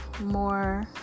more